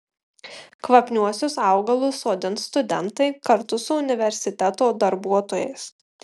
kvapniuosius augalus sodins studentai kartu su universiteto darbuotojais